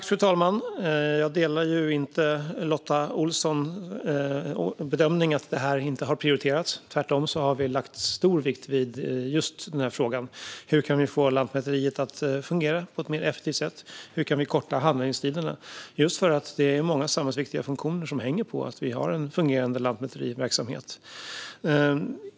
Fru talman! Jag delar inte Lotta Olssons bedömning att detta inte har prioriterats. Tvärtom har vi lagt stor vikt vid frågan om hur vi kan få Lantmäteriet att fungera mer effektivt och hur vi kan korta handläggningstiderna. Det handlar som sagt om att många samhällsviktiga funktioner hänger på att det finns en fungerande lantmäteriverksamhet.